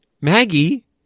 Maggie